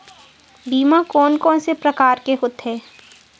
बीमा कोन कोन से प्रकार के होथे?